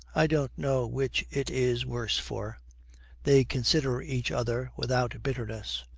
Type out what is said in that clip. i don't know which it is worse for they consider each other without bitterness.